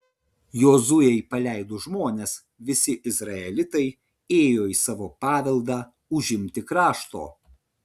jozuei paleidus žmones visi izraelitai ėjo į savo paveldą užimti krašto